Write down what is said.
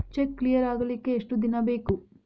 Check clear ಆಗಲಿಕ್ಕೆ ಎಷ್ಟ ದಿನ ಬೇಕು?